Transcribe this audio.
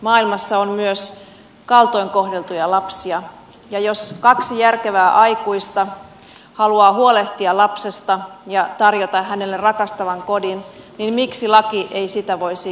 maailmassa on myös kaltoin kohdeltuja lapsia ja jos kaksi järkevää aikuista haluaa huolehtia lapsesta ja tarjota hänelle rakastavan kodin niin miksi laki ei sitä voisi sallia